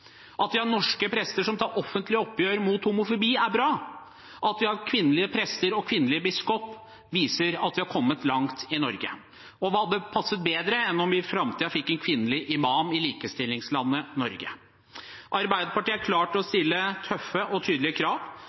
At vi har norske prester som tar offentlig oppgjør mot homofobi, er bra. At vi har kvinnelige prester og kvinnelige biskoper, viser at vi har kommet langt i Norge. Og hva hadde passet bedre enn om vi i framtiden fikk en kvinnelig imam i likestillingslandet Norge? Arbeiderpartiet er klart til å stille tøffe og klare krav,